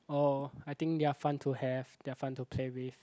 oh I think they are fun to have they are fun to play with